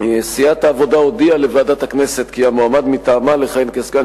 סיעת העבודה הודיעה לוועדת הכנסת כי המועמד מטעמה לכהן כסגן